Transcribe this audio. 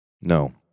No